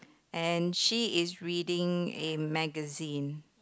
and she is reading a magazine